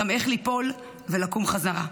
גם איך ליפול ולקום חזרה.